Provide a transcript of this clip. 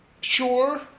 sure